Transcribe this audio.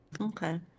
Okay